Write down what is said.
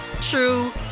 true